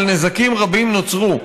אבל נזקים רבים נוצרו,